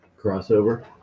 Crossover